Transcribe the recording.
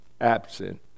absent